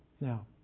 Now